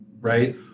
right